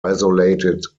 isolated